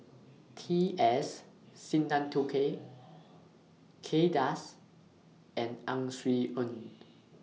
T S Sinnathuray Kay Das and Ang Swee Aun